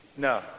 No